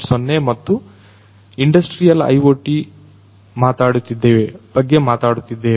0 ಮತ್ತು industrial IoT ಮಾತಾಡುತ್ತಿದ್ದೇವೆ